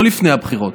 לא לפני הבחירות,